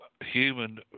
human